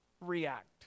react